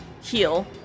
heal